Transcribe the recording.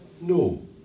no